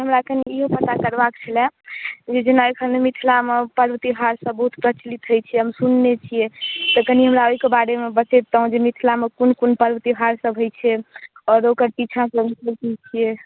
हमरा कनी इहो पता करबाक छलै जेना एखन मिथिलामे पर्व त्योहार सब बहुत प्रचलित होइ छै सुनै छियै तऽ कनी हमरा ओहि के बारेमे बतेतहूँ जे मिथिलामे कोन कोन पर्व त्योहार सब होइ छै आओर एकर पीछां के मतलब की छियै